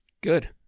Good